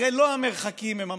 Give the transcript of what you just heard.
הרי לא המרחקים הם המשמעות.